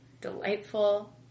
delightful